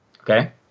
Okay